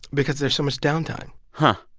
because there's so much downtime huh,